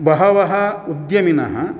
बहवः उद्यमिनः